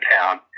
town